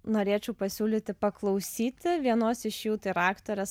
norėčiau pasiūlyti paklausyti vienos iš jų tai yra aktorės